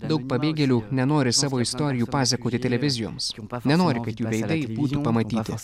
daug pabėgėlių nenori savo istorijų pasakoti televizijoms nenori kad jų veidai būtų pamatyti